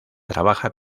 trabaja